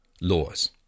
laws